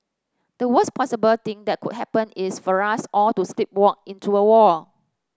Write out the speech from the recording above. the worst possible thing that could happen is for us all to sleepwalk into a war